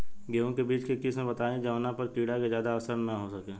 गेहूं के बीज के किस्म बताई जवना पर कीड़ा के ज्यादा असर न हो सके?